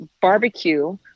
barbecue